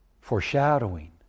foreshadowing